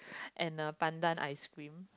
and the pandan ice cream